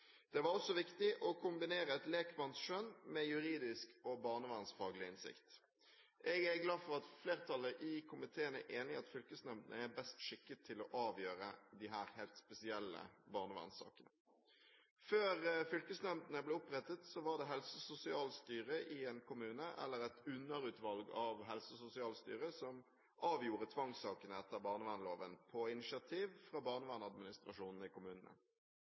Det var også viktig å kombinere et lekmannsskjønn med juridisk og barnevernsfaglig innsikt. Jeg er glad for at flertallet i komiteen er enig i at fylkesnemndene er best skikket til å avgjøre disse helt spesielle barnevernssakene. Før fylkesnemndene ble opprettet, var det helse- og sosialstyret i en kommune, eller et underutvalg av helse- og sosialstyret, som avgjorde tvangssakene etter barnevernsloven på initiativ fra barnevernsadministrasjonen i kommunene.